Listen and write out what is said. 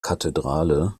kathedrale